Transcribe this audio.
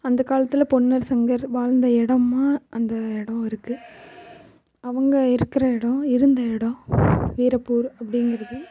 அந்த காலத்தில் பொன்னர் சங்கர் வாழ்ந்த இடமா அந்த எடம் இருக்குது அவங்க இருக்கிற எடம் இருந்த எடம் வீரப்பூர் அப்படிங்கிறது